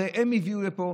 הרי הם הביאו לפה,